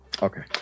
Okay